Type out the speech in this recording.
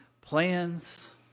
plans